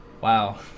Wow